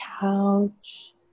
couch